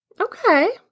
Okay